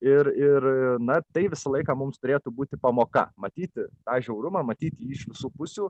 ir ir na tai visą laiką mums turėtų būti pamoka matyti tą žiaurumą matyti jį iš visų pusių